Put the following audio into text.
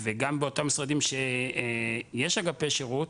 וגם באותם משרדים שיש בהם אגפי שירות,